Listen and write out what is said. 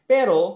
Pero